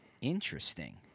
Interesting